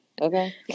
Okay